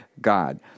God